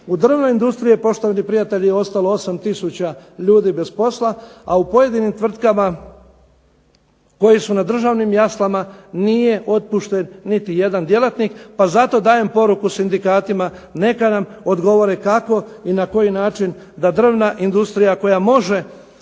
U drvnoj industriji je poštovani prijatelji ostalo 8 tisuća ljudi bez posla, a u pojedinim tvrtkama koje su na državnim jaslama nije otpušten niti jedan djelatnik. Pa zato dajem poruku sindikatima, neka nam odgovore kako i na koji način da drvna industrija koja može